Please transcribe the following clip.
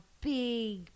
big